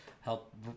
help